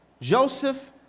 Joseph